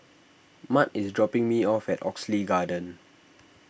Mart is dropping me off at Oxley Garden